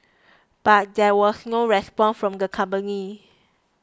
but there was no response from the company